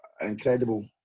incredible